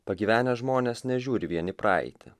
pagyvenę žmonės nežiūri vien į praeitį